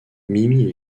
mimi